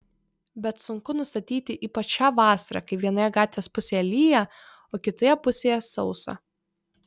bet sunku nustatyti ypač šią vasarą kai vienoje gatvės pusėje lyja o kitoje pusėje sausa